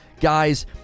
Guys